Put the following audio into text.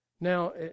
Now